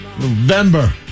November